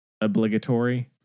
obligatory